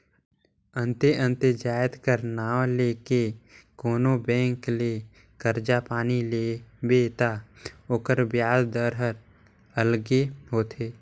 अन्ते अन्ते जाएत कर नांव ले के कोनो बेंक ले करजा पानी लेबे ता ओकर बियाज दर हर अलगे होथे